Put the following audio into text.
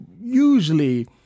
usually